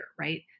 right